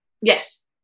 Yes